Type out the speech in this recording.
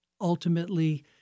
ultimately